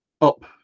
up